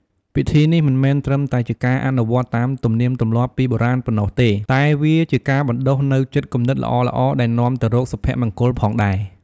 ពិធីនេះមិនមែនត្រឹមតែជាការអនុវត្តតាមទំនៀមទម្លាប់ពីបុរាណប៉ុណ្ណោះទេ តែវាជាការបណ្តុះនូវចិត្តគំនិតល្អៗដែលនាំទៅរកសុភមង្គលផងដែរ។